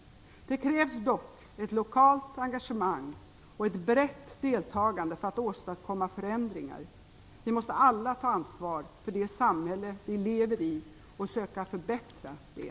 Det krävs dock ett lokalt engagemang och ett brett deltagande för att åstadkomma förändringar. Vi måste alla ta ansvar för det samhälle vi lever i och söka förbättra det.